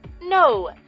No